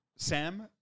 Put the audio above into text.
Sam